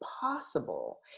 possible